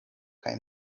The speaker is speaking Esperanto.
kaj